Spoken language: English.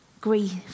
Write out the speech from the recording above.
Grief